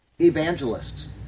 evangelists